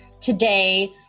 today